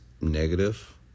negative